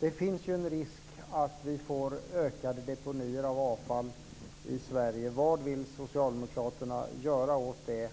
Det finns en risk att vi får ökade deponier av avfall i Sverige. Vad vill Socialdemokraterna göra åt det?